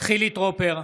חילי טרופר,